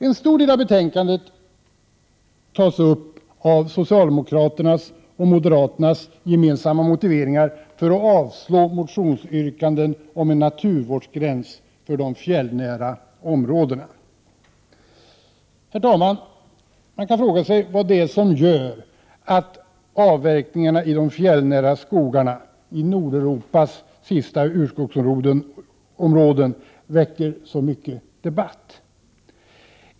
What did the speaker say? En stor del av betänkandet tas upp av socialdemokraternas och moderaternas gemensamma motiveringar för att avslå motionsyrkanden om en naturvårdsgräns för de fjällnära områdena. Herr talman! Man kan fråga sig vad det är som gör att avverkningarna i de fjällnära skogarna, Nordeuropas sista urskogsområden, väcker så mycket debatt.